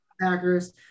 Packers